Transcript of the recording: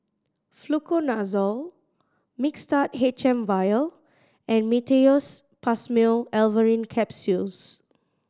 Fluconazole Mixtard H M Vial and Meteospasmyl Alverine Capsules